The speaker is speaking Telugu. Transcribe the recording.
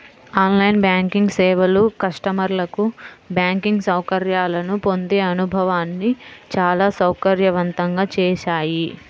ఆన్ లైన్ బ్యాంకింగ్ సేవలు కస్టమర్లకు బ్యాంకింగ్ సౌకర్యాలను పొందే అనుభవాన్ని చాలా సౌకర్యవంతంగా చేశాయి